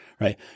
right